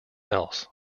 else